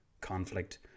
conflict